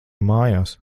mājās